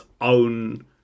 own